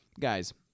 guys